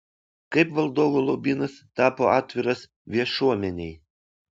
kaip valdovų lobynas tapo atviras viešuomenei